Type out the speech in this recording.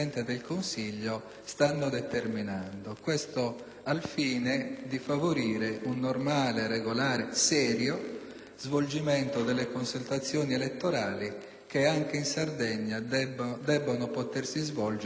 svolgimento delle consultazioni elettorali, che anche in Sardegna debbono potersi svolgere come altrove. *(Applausi dei